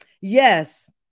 Yes